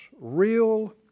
real